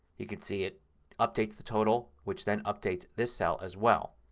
you can see it updates the total which then updates this cell as well.